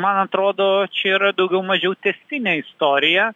man atrodo čia yra daugiau mažiau tęstinė istorija